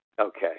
Okay